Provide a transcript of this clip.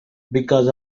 because